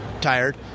tired